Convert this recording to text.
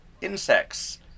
insects